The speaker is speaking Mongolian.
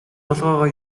толгойгоо